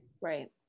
Right